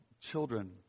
children